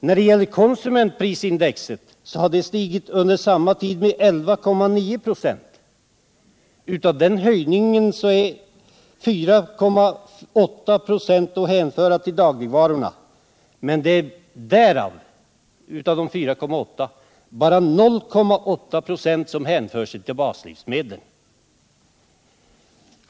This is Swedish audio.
— ken, m.m. Konsumentprisindex har under samma tid stigit med 11,9 26. Av den höjningen är 4,8 ?6 att hänföra till dagligvarorna, men av dessa 4,8 96 är det bara 0,8 26 som hänför sig till baslivsmedel.